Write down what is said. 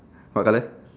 what colour